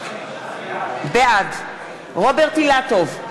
בעד רוברט אילטוב,